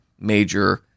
major